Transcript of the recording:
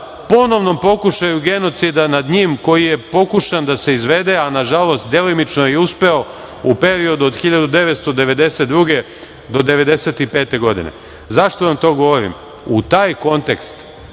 ponovnom pokušaju genocida nad njim koji je pokušan da se izvede, a nažalost je delimično uspeo u periodu od 1992. do 1995. godine. Zašto vam to govorim? U taj kontekst